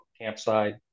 campsite